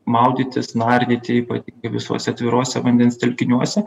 maudytis nardyti ypatingai visuose atviruose vandens telkiniuose